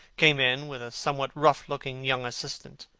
came in with a somewhat rough-looking young assistant.